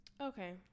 Okay